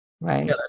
right